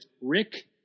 Rick –